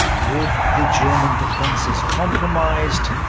with the german defenses compromised,